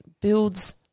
builds